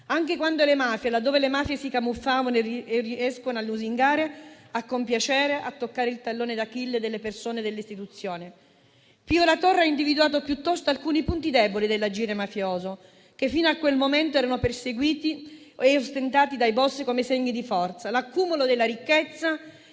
anche quando le mafie, laddove si camuffavano, riescono a lusingare, a compiacere, a toccare il tallone d'Achille delle persone e delle istituzioni. Pio La Torre ha individuato piuttosto alcuni punti deboli dell'agire mafioso, che fino a quel momento erano perseguiti e ostentati dai boss come segni di forza: l'accumulo della ricchezza